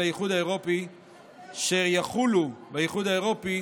האיחוד האירופי שיחולו באיחוד האירופי